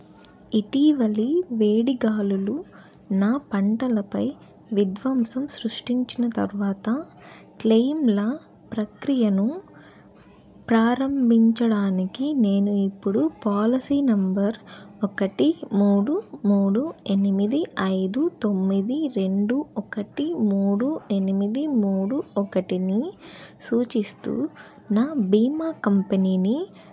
ఇటీవలి వేడిగాలులు నా పంటలపై విధ్వంసం సృష్టించిన తరువాత క్లెయిమ్ల ప్రక్రియను ప్రారంభించడానికి నేను ఇప్పుడు పాలసీ నంబర్ ఒకటి మూడు మూడు ఎనిమిది ఐదు తొమ్మిది రెండు ఒకటి మూడు ఎనిమిది మూడు ఒకటిని సూచిస్తూ నా భీమా కంపెనీని